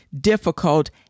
difficult